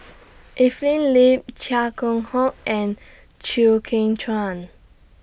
Evelyn Lip Chia Keng Hock and Chew Kheng Chuan